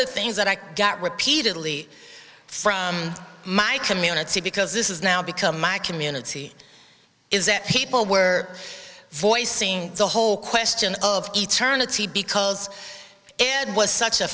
the things that i got repeatedly from my community because this is now become my community is that people were voicing the whole question of eternity because and was such a